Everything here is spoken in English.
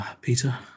Peter